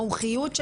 המומחיות,